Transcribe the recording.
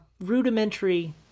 rudimentary